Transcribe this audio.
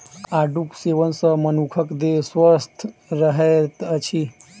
आड़ूक सेवन सॅ मनुखक देह स्वस्थ रहैत अछि